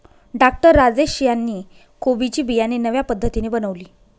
doctor Rajesh यांनी कोबी ची बियाणे नव्या पद्धतीने बनवली